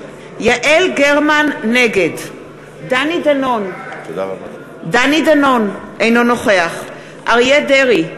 יעל גרמן, נגד דני דנון, אינו נוכח אריה דרעי,